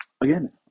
again